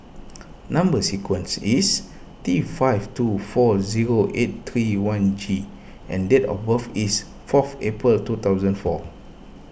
Number Sequence is T five two four zero eight three one G and date of birth is fourth April two thousand four